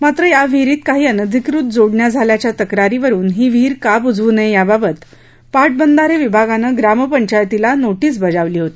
मात्र या विहीरीत काही अनधिकृत जोडण्या झाल्य़ाच्या तक्रारीवरुन ही विहीर का बुजवू नये याबाबत पाटबंधारे विभागानं ग्रामपंचायतीला नोटीस बजावली होती